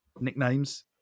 nicknames